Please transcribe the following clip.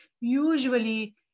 usually